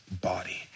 body